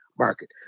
market